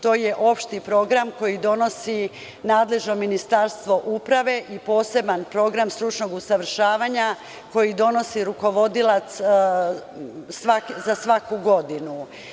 To je opšti program koji donosi nadležno ministarstvo uprave i poseban program stručnog usavršavanja koji donosi rukovodilac za svaku godinu.